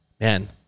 man